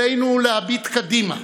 עלינו להביט קדימה,